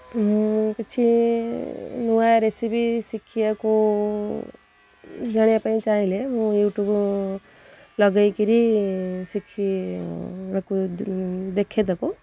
ମୁଁ କିଛି ନୂଆ ରେସିପି ଶିଖିବାକୁ ଜାଣିବା ପାଇଁ ଚାହିଁଲେ ମୁଁ ୟୁଟ୍ୟୁବ୍ ଲଗାଇକରି ଶିଖି ଏହାକୁ ଦେଖେ ତାକୁ